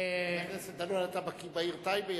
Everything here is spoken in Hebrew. חבר הכנסת דנון, אתה בקי בעיר טייבה.